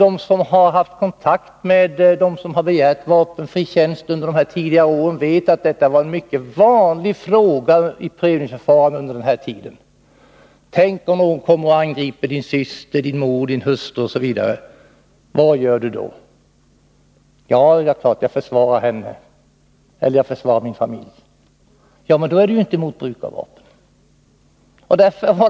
De som har haft kontakter med personer som begärt vapenfri tjänst under tidigare år vet att en mycket vanlig fråga vid prövningsförfarandet under denna tid var: Tänk om någon angriper din syster, mor eller hustru — vad gör du då? Om personen i fråga svarade att han försvarar sin familj, fick han höra: Ja, men då är du inte mot bruk av vapen.